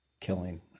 Killing